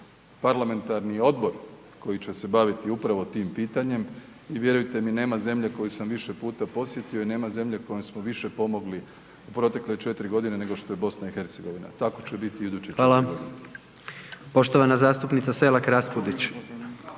parlamentarni odbor koji će se baviti upravo tim pitanjem i vjerujte mi nema te zemlje koju sam više puta posjetio i nema zemlje kojoj smo više pomogli u protekle četiri godine nego što je BiH, tako će biti i u iduće četiri godine. **Jandroković, Gordan (HDZ)** Hvala vam.